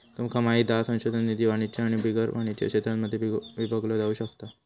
तुमका माहित हा संशोधन निधी वाणिज्य आणि बिगर वाणिज्य क्षेत्रांमध्ये विभागलो जाउ शकता